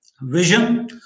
vision